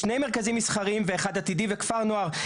שני מרכזים מסחריים ואחד עתידי וכפר נוער,